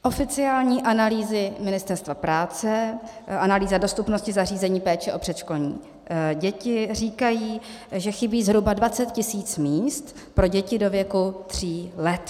Oficiální analýzy Ministerstva práce analýza dostupnosti zařízení péče o předškolní děti říkají, že chybí zhruba 20 tisíc míst pro děti do věku tří let.